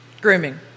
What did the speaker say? Grooming